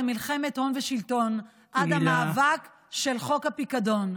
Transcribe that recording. מלחמת הון ושלטון עד המאבק של חוק הפיקדון.